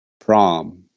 prom